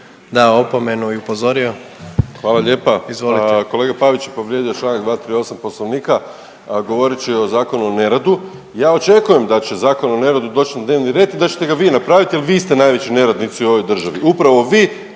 Krešo (HSS)** Hvala lijepa. Kolega Pavić povrijedio je čl. 238. poslovnika govoreći o zakonu o neradu. Ja očekujem da će zakon o neradu doći na dnevni red i da ćete ga vi napravit jel vi ste najveći neradnici u ovoj državi, upravo vi